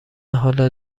حال